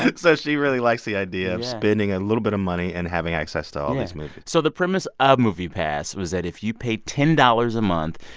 so she really likes the idea of spending a little bit of money and having access to all and these movies so the premise of moviepass was that if you paid ten dollars a month,